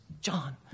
John